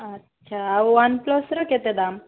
ଆଚ୍ଛା ଆଉ ୱାନ୍ ପ୍ଲସ୍ର କେତେ ଦାମ